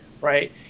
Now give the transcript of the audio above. right